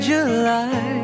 July